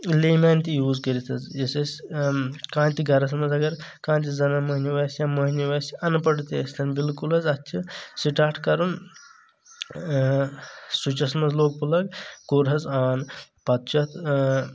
لے مین تہِ یوٗز کٔرِتھ حظ یُس اَسہِ کانٛہہ تہِ گرس منٛز اگر کانٛہہ تہِ زنانہٕ مہنیٚو آسہِ یا مہنیٚو آسہِ ان پڑ تہِ ٲستن بالکل حظ اَتھ چھ سِٹاٹ کرُن سُچٮ۪س منٛز لوگ پُلگ کوٚر حظ آن پتہٕ چھ اَتھ